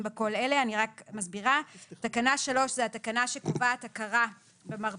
בה כל אלה:" תקנה 3 היא התקנה שקובעת הכרה במרפאה,